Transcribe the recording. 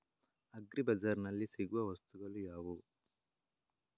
Agri ಬಜಾರ್ನಲ್ಲಿ ಸಿಗುವ ವಸ್ತುಗಳು ಯಾವುವು?